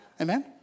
Amen